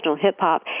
hip-hop